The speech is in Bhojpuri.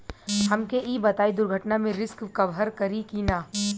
हमके ई बताईं दुर्घटना में रिस्क कभर करी कि ना?